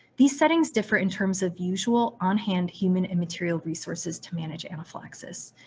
these settings differ in terms of usual on hand human and material resources to manage anaphylaxis.